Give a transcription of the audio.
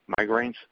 migraines